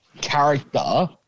character